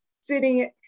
sitting